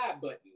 button